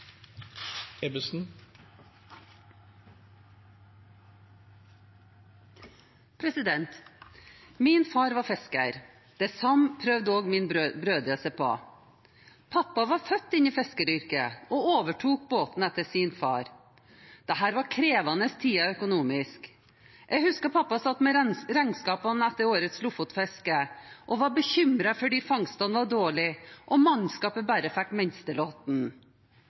Min far var fisker, det samme prøvde også mine brødre seg på. Pappa var født inn i fiskeryrket og overtok båten etter sin far. Dette var krevende tider økonomisk. Jeg husker at pappa satt med regnskapene etter årets Lofotfiske og var bekymret fordi fangstene var dårlige og mannskapet bare fikk